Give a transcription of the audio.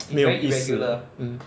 没有意思 mm